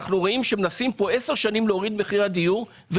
אנחנו רואים שמנסים להוריד את מחירי הדיור כאן